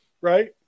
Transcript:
right